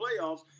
playoffs